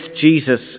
Jesus